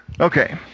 Okay